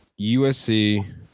USC